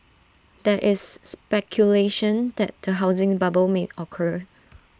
there is speculation that A housing bubble may occur